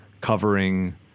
covering